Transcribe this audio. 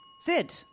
Sid